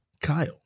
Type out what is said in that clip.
Kyle